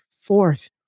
fourth